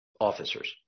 officers